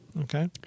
okay